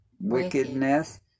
wickedness